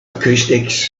acoustics